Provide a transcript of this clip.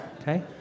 okay